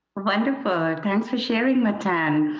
wonderful, thanks for sharing. matan.